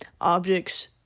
Objects